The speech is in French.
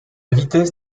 vitesse